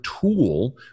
tool